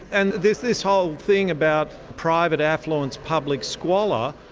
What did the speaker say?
and this this whole thing about private affluence, public squalor,